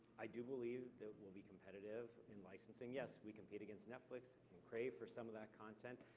i do believe that we'll be competitive in licensing. yes, we compete against netflix and crave for some of that content,